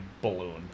balloon